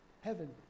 heaven